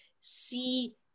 see